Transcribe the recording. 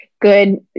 good